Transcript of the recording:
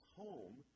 home